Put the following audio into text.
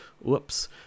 whoops